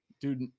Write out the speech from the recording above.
dude